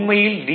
உண்மையில் டி